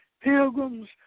pilgrims